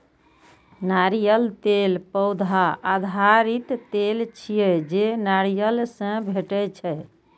नारियल तेल पौधा आधारित तेल छियै, जे नारियल सं भेटै छै